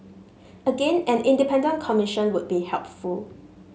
again an independent commission would be helpful